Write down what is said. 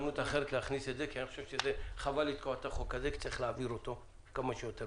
זה חוק של משרד המשפטים --- משרד המשפטים,